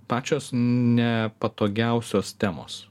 pačios nepatogiausios temos